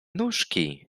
nóżki